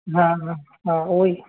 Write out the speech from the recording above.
हा हा हा उहो ई